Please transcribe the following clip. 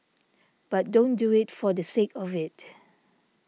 but don't do it for the sake of it